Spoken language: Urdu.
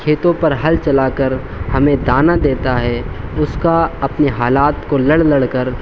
کھیتوں پر ہل چلا کر ہمیں دانہ دیتا ہے اس کا اپنے حالات کو لڑ لڑ کر